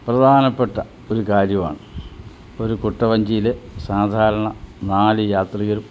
പ്രധാനപ്പെട്ട ഒരു കാര്യമാണ് ഒരു കുട്ടവഞ്ചിയിലെ സാധാരണ നാല് യാത്രികരും